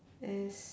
as